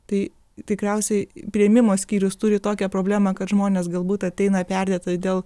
tai tikriausiai priėmimo skyrius turi tokią problemą kad žmonės galbūt ateina perdėtai dėl